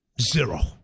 zero